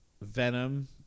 Venom